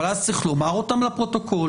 אבל אז צריך לומר אותן לפרוטוקול,